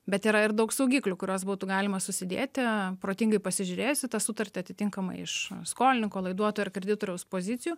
bet yra ir daug saugiklių kuriuos būtų galima susidėti protingai pasižiūrėjus į tą sutartį atitinkamai iš skolininko laiduotojo ir kreditoriaus pozicijų